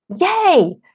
yay